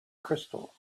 crystal